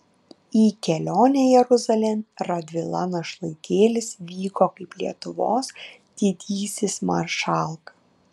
į kelionę jeruzalėn radvila našlaitėlis vyko kaip lietuvos didysis maršalka